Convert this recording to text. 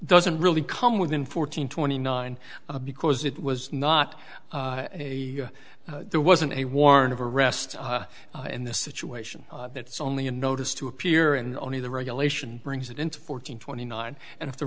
doesn't really come within fourteen twenty nine because it was not a there wasn't a warrant of arrest in this situation it's only a notice to appear and only the regulation brings it into fourteen twenty nine and if the